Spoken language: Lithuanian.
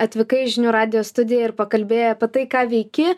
atvykai į žinių radijo studiją ir pakalbėjai apie tai ką veiki